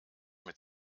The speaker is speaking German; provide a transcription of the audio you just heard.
mit